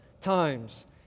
times